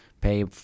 pay